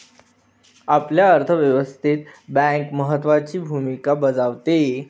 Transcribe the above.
आपल्या अर्थव्यवस्थेत बँक महत्त्वाची भूमिका बजावते